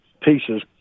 pieces